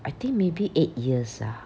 I think maybe eight years ah